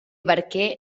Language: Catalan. barquer